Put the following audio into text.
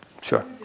Sure